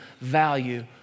value